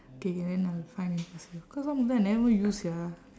K K then I will find and pass you cause some of them I never even use sia